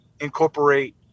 incorporate